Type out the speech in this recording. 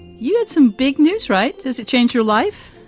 you had some big news, right? does it change your life?